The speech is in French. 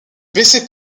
baisser